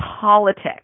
politics